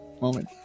moment